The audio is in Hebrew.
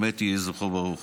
יהי זכרו ברוך.